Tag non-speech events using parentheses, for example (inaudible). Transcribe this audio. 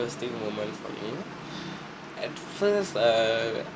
moment for me (breath) at first err